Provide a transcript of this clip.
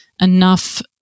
enough